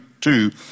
two